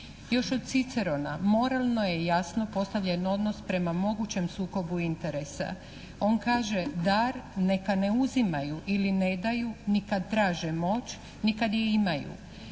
Još od Cicerona moralno je jasno postavljen odnos prema mogućem sukobu interesa. On kaže "dar neka ne uzimaju ili ne daju ni kad traže moć, ni kad je imaju,